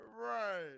Right